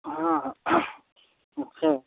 हाँ अच्छा